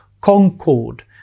concord